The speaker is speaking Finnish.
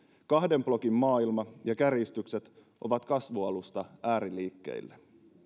kahden blokin maailma ja kärjistykset ovat kasvualusta ääriliikkeille